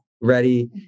ready